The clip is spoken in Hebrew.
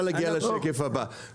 (שקף: מחירי המזון ה"ריאליים" נמוכים).